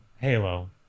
halo